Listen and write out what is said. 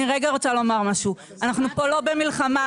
אנחנו פה לא במלחמה.